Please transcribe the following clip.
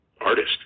artist